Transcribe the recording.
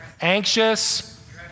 Anxious